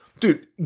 dude